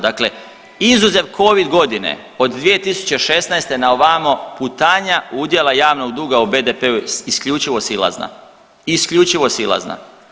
Dakle, izuzev Covid godine od 2016. na ovamo putanja udjela javnog duga u BDP-u je isključivo silazna, isključivo silazna.